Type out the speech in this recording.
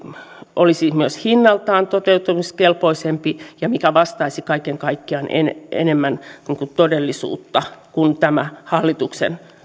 olisi myös hinnaltaan toteuttamiskelpoisempi ja mikä vastaisi kaiken kaikkiaan enemmän todellisuutta kuin tämä hallituksen